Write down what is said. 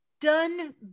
done